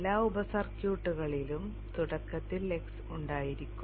എല്ലാ ഉപ സർക്യൂട്ടുകളിലും തുടക്കത്തിൽ x ഉണ്ടായിരിക്കും